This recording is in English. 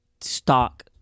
stock